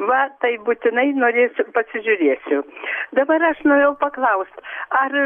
va tai būtinai norėsiu pasižiūrėsiu dabar aš norėjau paklaust ar